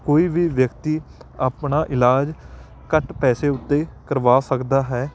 ਕੋਈ ਵੀ ਵਿਅਕਤੀ ਆਪਣਾ ਇਲਾਜ ਘੱਟ ਪੈਸੇ ਉੱਤੇ ਕਰਵਾ ਸਕਦਾ ਹੈ